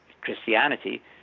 Christianity